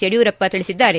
ಯಡಿಯೂರಪ್ಪ ತಿಳಿಸಿದ್ದಾರೆ